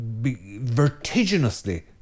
vertiginously